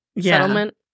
settlement